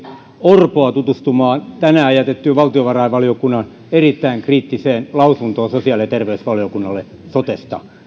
orpoa tutustumaan tänään jätettyyn valtiovarainvaliokunnan erittäin kriittiseen lausuntoon sosiaali ja terveysvaliokunnalle sotesta